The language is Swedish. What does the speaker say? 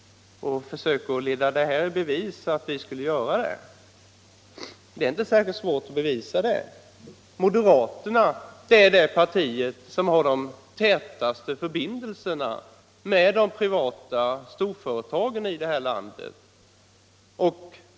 Försök leda i bevis att vi skulle göra det! Ja, det är inte särskilt svårt att bevisa det. Moderata samlingspartiet är det parti som har de tätaste förbindelserna med de privata storföretagen här i landet.